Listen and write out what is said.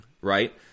right